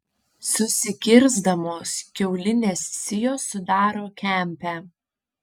susikirsdamos kaulinės sijos sudaro kempę